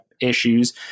issues